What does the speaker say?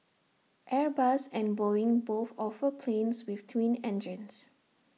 airbus and boeing both offer planes with twin engines